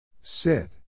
Sit